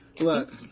Look